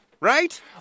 right